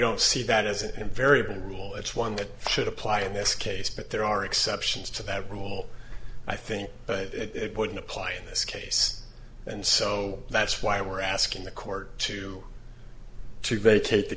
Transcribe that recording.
don't see that as an invariable rule it's one that should apply in this case but there are exceptions to that rule i think but it wouldn't apply in this case and so that's why we're asking the court to to vacate t